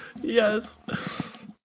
Yes